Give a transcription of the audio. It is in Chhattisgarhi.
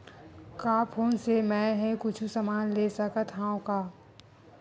का फोन से मै हे कुछु समान ले सकत हाव का?